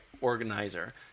organizer